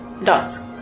Dots